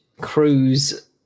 cruise